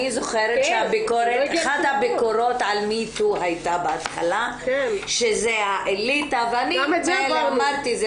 אני זוכרת שאחת הביקורות על Me too הייתה בהתחלה שזה האליטה ואני אמרתי,